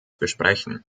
besprechen